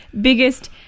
biggest